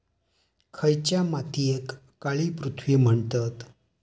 खयच्या मातीयेक काळी पृथ्वी म्हणतत?